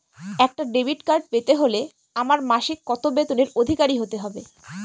একটা debit card পেতে হলে আমার মাসিক কত বেতনের অধিকারি হতে হবে?